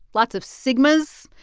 lots of sigmas,